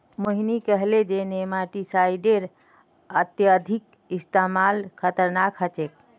मोहिनी कहले जे नेमाटीसाइडेर अत्यधिक इस्तमाल खतरनाक ह छेक